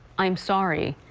i'm sorry,